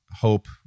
hope